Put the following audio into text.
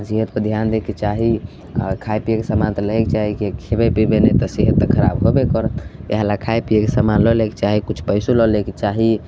सेहतपर धिआन दैके चाही आओर खाइ पिएके समान तऽ लैएके चाही कि खएबै पिबै नहि तऽ सेहत तऽ खराब रहबे करत इएह ले खाइ पिएके समान तऽ लऽ लैके चाही किछु पइसो लऽ लैके चाही